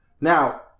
Now